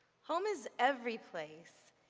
home is every place,